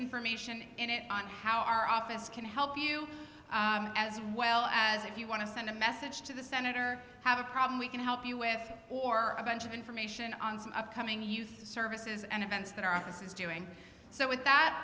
information on how our office can help you as well as if you want to send a message to the senator have a problem we can help you with or a bunch of information on upcoming youth services and events that our office is doing so with that